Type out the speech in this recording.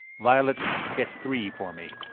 violet, get three for me.